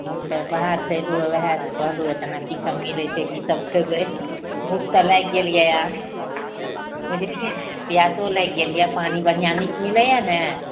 हम तऽ बाहरसँ अयलहुँ वएह कहलहुँ तेना की सब मिलय छै की सब खेबय भूख तऽ लागि गेल यऽ आब बुझलियै नऽ पियासो लागि गेल यऽ पानि बढ़िआँ नीक मिलैये ने